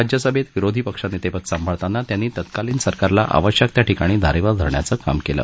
राज्यसभेत विरोधी पक्षनेतेपद सांभाळताना त्यांनी तत्कालीन सरकारला आवश्यक त्या ठिकाणी धारेवर धरण्याचं काम केलं